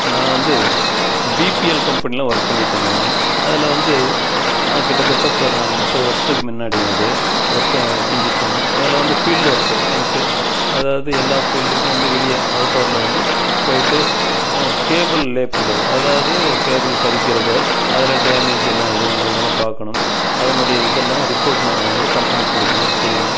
நான் வந்து பிபிஎல் கம்பெனியில ஒர்க் பண்ணிகிட்ருந்தாங்க அதில் வந்து கிட்டத்தட்ட இப்போ நான் முப்பது வருஷத்துக்கு முன்னாடிங்க அது ஒர்க்கை செஞ்சிகிட்ருந்தோம் அதில் வந்து ஃபீல்டு ஒர்க்கு எனக்கு அதாவது எல்லா ஃபீல்டுக்கும் வந்து வெளியே அவுட்டோர்ல வந்து போய்ட்டு கேபிள் லே பண்ணுறது அதாவது கேபிள் பதிக்கிறது அதில் டேமேஜ் என்னா இதுங்கிறதுலாம் பார்க்கணும் அதனுடைய இதெல்லாம் ரிப்போர்ட் நாங்கள் வந்து கம்பெனிக்கு கொடுக்கணும் செய்யணும்